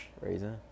Raisin